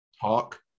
talk